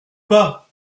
pas